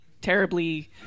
terribly